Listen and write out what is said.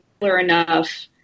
enough